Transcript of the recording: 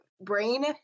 brain